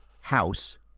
house